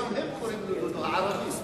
גם הם קוראים לו דודו, הערבים.